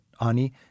Ani